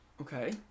Okay